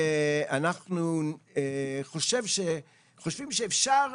ואנחנו חושבים שאפשר,